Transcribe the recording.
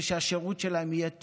כדי שהשירות שלהם יהיה טוב,